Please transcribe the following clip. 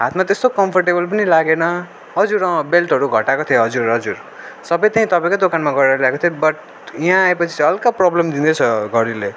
हातमा त्यस्तो कम्फोरटेबल पनि लागेन हजुर अँ बेल्टहरू घटाएको थियो हजुर हजुर सबै त्यहीँ तपाईँको दोकानमा गरेर ल्याएको थिएँ बट यहाँ आएपछि चाहिँ हल्का प्रब्लम दिँदैछ घडीले